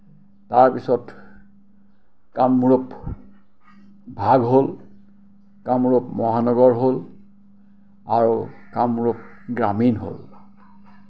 তাৰপিছত কামৰূপ ভাগ হ'ল কামৰূপ মহানগৰ হ'ল আৰু কামৰূপ গ্ৰামীণ হ'ল